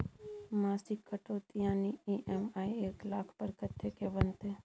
मासिक कटौती यानी ई.एम.आई एक लाख पर कत्ते के बनते?